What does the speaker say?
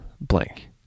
blank